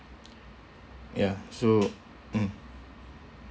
ya so mm